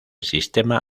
sistema